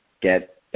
get –